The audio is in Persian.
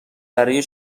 برای